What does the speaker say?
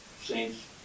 Saints